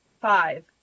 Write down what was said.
five